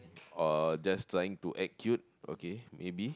or just trying to act cute okay maybe